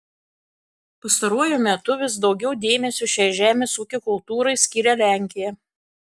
pastaruoju metu vis daugiau dėmesio šiai žemės ūkio kultūrai skiria lenkija